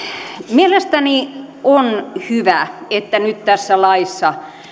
mielestäni on hyvä että nyt tässä laissa